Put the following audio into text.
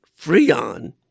Freon